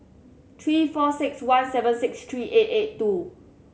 three four six one seven six three eight eight two